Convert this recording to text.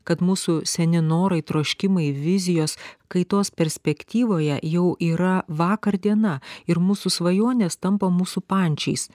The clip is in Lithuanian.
kad mūsų seni norai troškimai vizijos kaitos perspektyvoje jau yra vakar diena ir mūsų svajonės tampa mūsų pančiais